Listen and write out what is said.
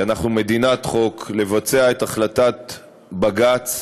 כי אנחנו מדינת חוק, לבצע את החלטת בג"ץ